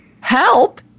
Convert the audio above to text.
help